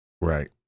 Right